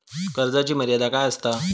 कर्जाची मर्यादा काय असता?